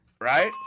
right